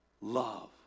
Love